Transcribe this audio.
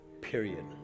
Period